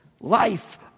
life